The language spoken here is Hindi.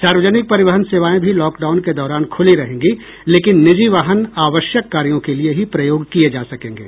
सार्वजनिक परिवहन सेवाएं भी लॉकडाउन के दौरान खुली रहेंगी लेकिन निजी वाहन आवश्यक कार्यो के लिए ही प्रयोग किये जा सकेंगे